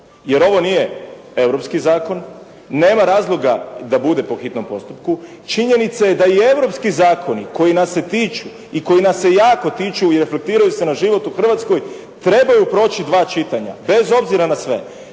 Jer ovo nije europski zakon, nema razloga da bude po hitnom postupku. Činjenica je da i europski zakoni koji nas se tiču i koji nas se jako tiču i reflektiraju se na život u Hrvatskoj, trebaju proći dva čitanja, bez obzira na sve.